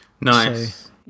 Nice